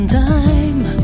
time